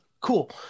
Cool